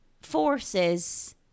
forces